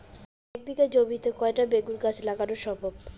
এক বিঘা জমিতে কয়টা বেগুন গাছ লাগানো সম্ভব?